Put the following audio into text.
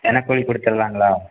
தினக்கூலி கொடுத்துர்லாங்களா